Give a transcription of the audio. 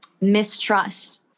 mistrust